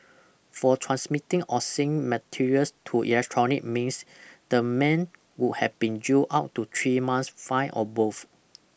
for transmitting obscene material through electronic means the man would have been jailed up to three months fined or both